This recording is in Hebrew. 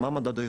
מה מדד הייחוס?